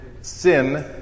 sin